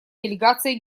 делегацией